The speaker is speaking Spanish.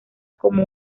como